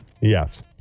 Yes